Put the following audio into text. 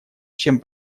чем